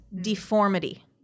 deformity